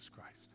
Christ